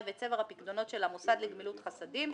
וצבר הפיקדונות של המוסד לגמילות חסדים,